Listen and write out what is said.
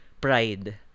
pride